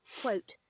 quote